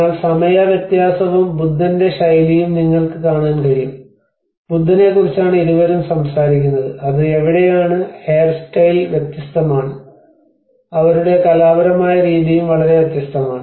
എന്നാൽ സമയ വ്യത്യാസവും ബുദ്ധന്റെ ശൈലിയും നിങ്ങൾക്ക് കാണാൻ കഴിയും ബുദ്ധനെക്കുറിച്ചാണ് ഇരുവരും സംസാരിക്കുന്നത് അത് എവിടെയാണ് ഹെയർസ്റ്റൈൽ വ്യത്യസ്തമാണ് അവരുടെ കലാപരമായ രീതിയും വളരെ വ്യത്യസ്തമാണ്